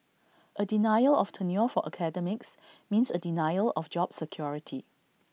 A denial of tenure for academics means A denial of job security